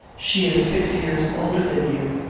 she is six years older than you.